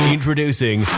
Introducing